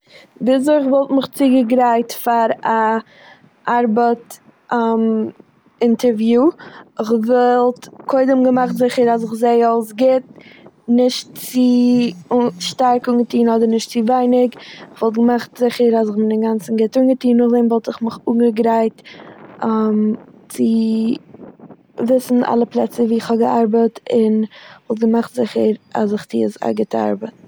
וויזוי איך וואלט מיך צוגעגרייט פאר א ארבעט אינטערווי'. כ'וואלט קודם געמאכט זיכער אז איך זעה אויס גוט, נישט צו א- שטארק אנגעטוהן אדער נישט צו ווייניג, כ'וואלט געמאכט זיכער אז כ'בין אינגאנצן גוט אנגעטוהן, נאכדעם וואלט איך מיך געגרייט צו וויסן אלע פלעצער וואו איך האב געארבעט, און איך וואלט געמאכט זיכער אז איך טוה עס- א גוטע ארבעט.